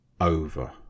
over